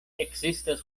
ekzistas